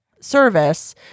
service